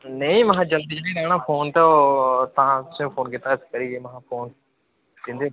नेईं महां जल्दी नेईं ऐ फोन तां ओ तां तुसे ईं फोन कीता इस करियै महां फोन दिंदे न